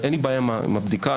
אין לי בעיה עם הבדיקה,